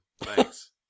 Thanks